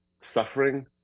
suffering